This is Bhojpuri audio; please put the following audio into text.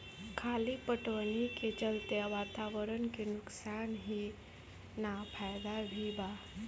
खली पटवनी के चलते वातावरण के नुकसान ही ना फायदा भी बा